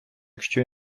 якщо